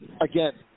again